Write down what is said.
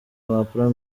impapuro